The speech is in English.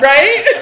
Right